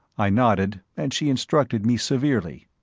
i nodded, and she instructed me severely,